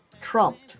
trumped